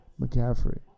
McCaffrey